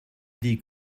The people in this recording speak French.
dit